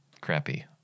crappy